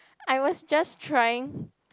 I was just trying